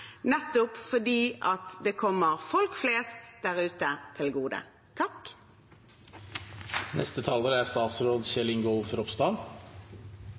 nettopp fordi det kommer folk flest der ute til gode.